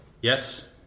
Yes